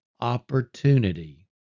opportunity